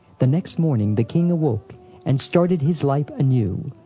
the next morning the king awoke and started his life anew,